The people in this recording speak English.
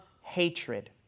hatred